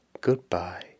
Goodbye